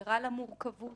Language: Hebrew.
ערה למורכבות,